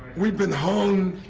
we've been hung.